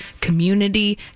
community